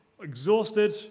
exhausted